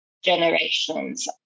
Generations